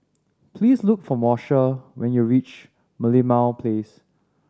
please look for Moshe when you reach Merlimau Place